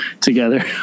together